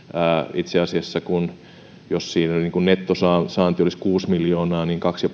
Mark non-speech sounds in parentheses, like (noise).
itse asiassa jos siinä nettosaanti olisi kuusi miljoonaa niin kaksi (unintelligible)